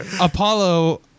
Apollo